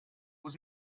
was